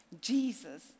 Jesus